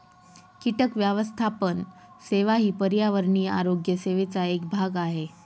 कीटक व्यवस्थापन सेवा ही पर्यावरणीय आरोग्य सेवेचा एक भाग आहे